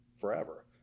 forever